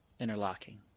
interlocking